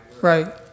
Right